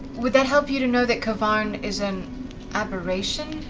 would that help you to know that k'varn is an aberration?